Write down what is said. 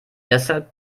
deshalb